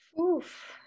Oof